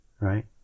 right